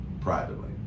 privately